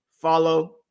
follow